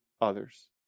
others